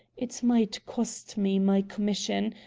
it might cost me my commission.